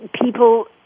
people